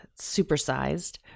supersized